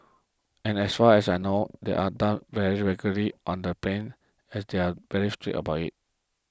and as far as I know they are done very regularly on the planes as they are very strict about it